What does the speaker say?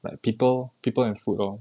like people people and food lor